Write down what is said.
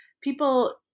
people